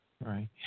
Right